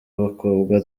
bakobwa